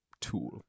tool